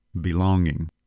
belonging